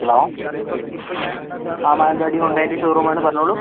hello ആ മാനന്തവാടി ഹ്യൂണ്ടായ്ൻ്റെ ഷോറൂമാണ് പറഞ്ഞോളൂ